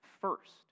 first